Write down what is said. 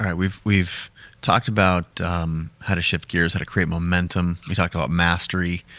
right, we've we've talked about how to shift gears, how to create momentum, we talked about mastery,